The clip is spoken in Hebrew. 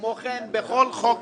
וכמו כן בכל חוק